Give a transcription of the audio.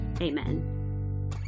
amen